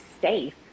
safe